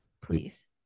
please